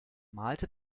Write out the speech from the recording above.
malte